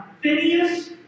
Phineas